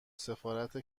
سفارت